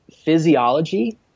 physiology